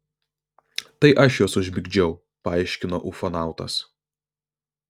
tai aš juos užmigdžiau paaiškino ufonautas